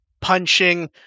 punching